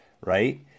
right